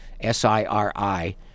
S-I-R-I